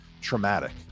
traumatic